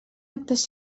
actes